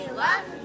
love